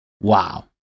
Wow